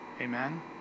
Amen